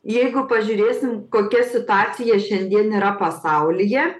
jeigu pažiūrėsim kokia situacija šiandien yra pasaulyje